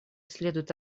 следует